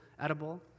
edible